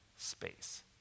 space